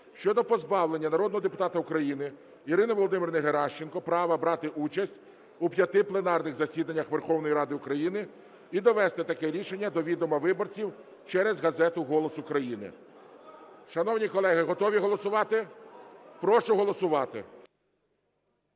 щодо позбавлення народного депутата України Ірини Володимирівни Геращенко права брати участь у п'яти пленарних засіданнях Верховної Ради України, і довести таке рішення до відома виборців через газету "Голос України". Шановні колеги, готові голосувати? Прошу голосувати.